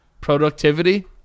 productivity